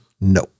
no